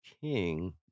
king